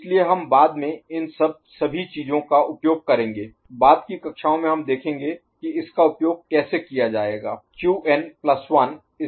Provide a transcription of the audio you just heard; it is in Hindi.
इसलिए हम बाद में इन सभी चीजों का उपयोग करेंगे बाद की कक्षाओं में हम देखेंगे कि इसका उपयोग कैसे किया जाए